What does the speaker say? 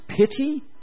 pity